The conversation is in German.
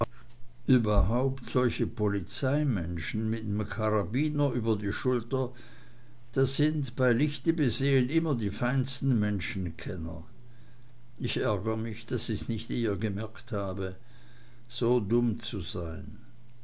überhaupt solche polizeimenschen mit nem karabiner über die schulter das sind bei lichte besehn immer die feinsten menschenkenner ich ärgere mich daß ich's nicht eher gemerkt habe so dumm zu sein